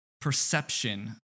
perception